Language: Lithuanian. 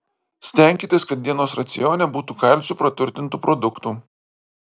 stenkitės kad dienos racione būtų kalciu praturtintų produktų